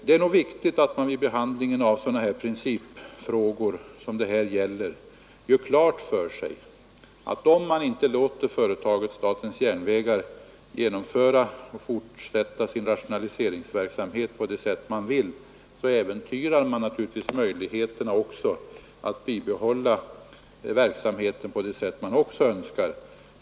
Det är nog viktigt att man vid behandlingen av sådana här principfrågor gör klart för sig att om man inte låter statens järnvägar fortsätta sin rationaliseringsverksamhet så äventyrar man naturligtvis möjligheterna att bibehålla verksamheten på det sätt man önskar.